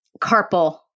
carpal